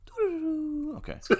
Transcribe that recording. okay